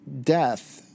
death